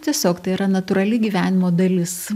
tiesiog tai yra natūrali gyvenimo dalis